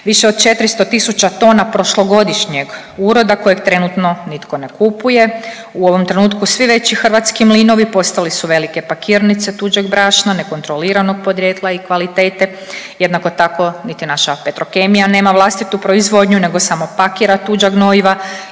više od 400 000 tona prošlogodišnjeg uroda kojeg trenutno nitko ne kupuje. U ovom trenutku svi veći hrvatski mlinovi postali su velika pakirnice tuđeg brašna, nekontroliranog podrijetla i kvalitete. Jednako tako niti naša Petrokemija nema vlastitu proizvodnju nego samo pakira tuđa gnojiva